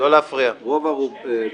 לדעתי,